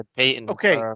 Okay